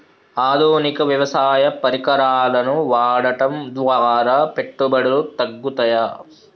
ఆధునిక వ్యవసాయ పరికరాలను వాడటం ద్వారా పెట్టుబడులు తగ్గుతయ?